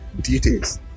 details